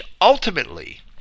ultimately